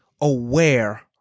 aware